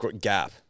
gap